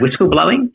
whistleblowing